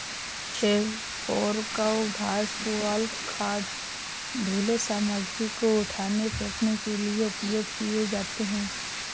हे फोर्कव घास, पुआल, खाद, ढ़ीले सामग्री को उठाने, फेंकने के लिए उपयोग किए जाते हैं